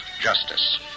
justice